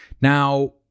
Now